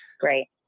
Great